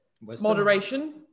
Moderation